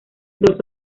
dorso